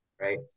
right